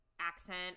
accent